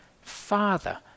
father